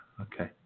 Okay